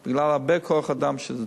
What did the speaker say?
זה תלוי בהרבה כוח אדם.